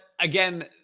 again